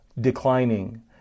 declining